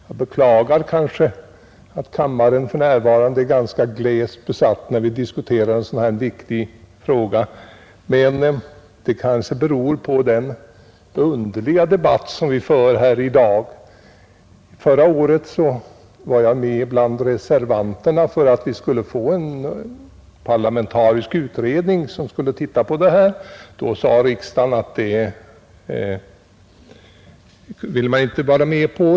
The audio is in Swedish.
Jag beklagar att kammaren är ganska glest besatt, när vi diskuterar en sådan här viktig fråga, men det kanske beror på den underliga debatt som vi för här i dag. Förra året var jag med bland de reservanter som önskade att denna fråga skulle ses över, men det ville inte riksdagen vara med om.